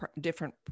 different